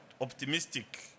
optimistic